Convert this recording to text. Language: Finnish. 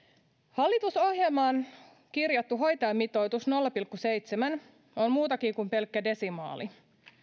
hallitusohjelmaan kirjattu hoitajamitoitus nolla pilkku seitsemän on muutakin kuin pelkkää desimaali